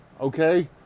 okay